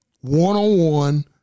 one-on-one